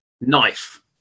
knife